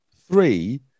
Three